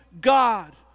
God